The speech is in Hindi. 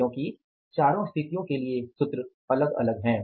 क्योकि चारों स्थितियों के लिए सूत्र अलग अलग हैं